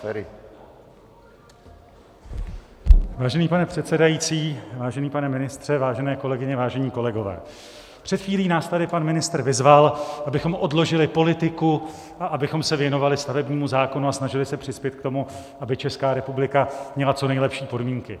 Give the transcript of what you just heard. Vážený pane předsedající, vážený pane ministře, vážené kolegyně, vážení kolegové, před chvílí nás tady pan ministr vyzval, abychom odložili politiku a abychom se věnovali stavebnímu zákonu a snažili se přispět k tomu, aby Česká republika měla co nejlepší podmínky.